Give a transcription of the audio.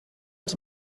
els